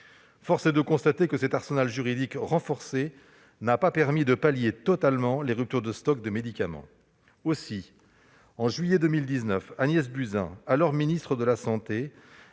Force est de constater que cet arsenal juridique renforcé n'a pas permis de pallier totalement les ruptures de stock de médicaments. Aussi, en juillet 2019, Agnès Buzyn, alors ministre de la santé,